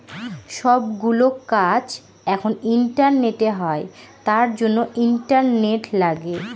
সব গুলো কাজ এখন ইন্টারনেটে হয় তার জন্য ইন্টারনেট লাগে